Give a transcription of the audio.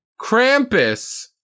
Krampus